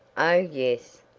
oh, yes!